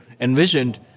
envisioned